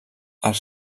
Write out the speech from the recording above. els